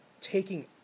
taking